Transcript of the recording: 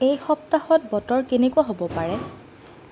এই সপ্তাহত বতৰ কেনেকুৱা হ'ব পাৰে